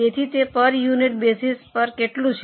તેથી તે પર યુનિટ બેસીસ પર કેટલું છે